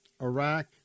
Iraq